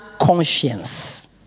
conscience